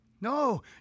No